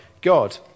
God